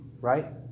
right